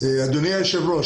אדוני היושב ראש,